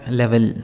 level